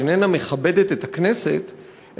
שאיננה מכבדת את הכנסת,